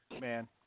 man